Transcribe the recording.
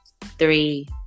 three